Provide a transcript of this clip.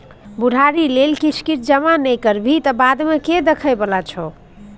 बुढ़ारी लेल किछ किछ जमा नहि करबिही तँ बादमे के देखय बला छौ?